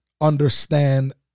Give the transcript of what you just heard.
understand